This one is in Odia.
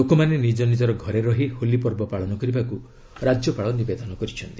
ଲୋକମାନେ ନିଜ ନିଜର ଘରେ ରହି ହୋଲି ପର୍ବ ପାଳନ କରିବାକୁ ରାଜ୍ୟପାଳ ନିବେଦନ କରିଚ୍ଛନ୍ତି